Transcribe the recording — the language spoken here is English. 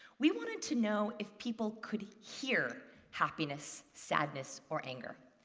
we wanted to know if people could hear happiness, sadness or anger.